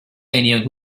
anyone